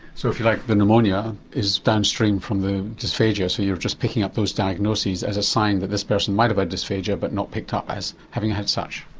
so if you like the pneumonia is downstream from the dysphagia, so you're just picking up those diagnoses as a sign that this person might have had dysphagia but not picked up as having had such.